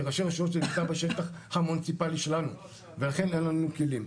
כראשי רשויות שנמצא בשטח המוניציפאלי שלנו ולכן אין לנו כלים.